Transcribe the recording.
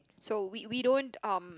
so we we don't um